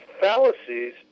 fallacies